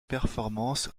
performance